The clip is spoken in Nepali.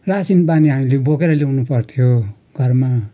रासिन पानी हामीले बोकेर ल्याउनु पर्थ्यो घरमा